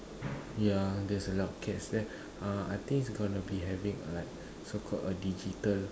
ya there's a lot of cats there uh I think is going to be having like so called a digital